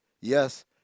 yes